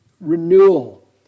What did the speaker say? renewal